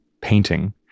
painting